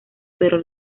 pero